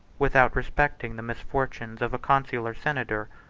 without respecting the misfortunes of a consular senator,